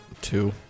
Two